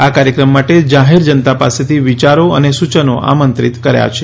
આ કાર્યક્રમ માટે જાહેર જનતા પાસેથી વિયારો અને સૂચનો આમંત્રિત કર્યા છે